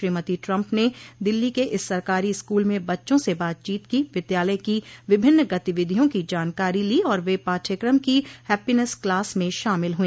Shrimati Trump ने दिल्ली के इस सरकारी स्कूल में बच्चों से बातचीत की विद्यालय की विभिन्न गतिविधियों की जानकारी ली और वे पाठ्यक्रम की हैप्पीनैस क्लास में शामिल हुई